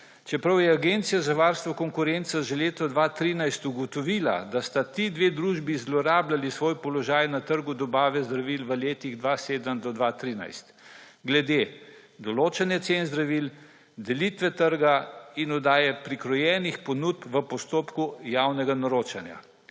čeprav je Agencija za varstvo konkurence že leta 2013 ugotovila, da sta ti dve družbi zlorabljali svoj položaj na trgu dobave zdravil v letih 2007 do 2013 glede določanja cen zdravil, delitve trga in oddaje prikrojenih ponudb v postopku javnega naročanja.